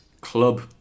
club